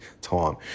time